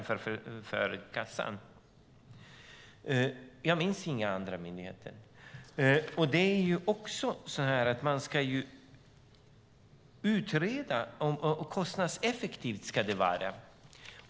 Några andra myndigheter minns jag inte. Det är också så att man ska utreda kostnadseffektiviteten.